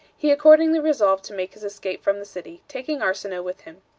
he accordingly resolved to make his escape from the city, taking arsinoe with him.